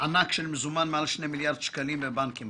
ענק של מזומן מעל 2 מיליארד שקלים בבנקים,